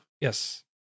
Yes